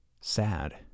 sad